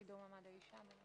קידום מעמד האשה.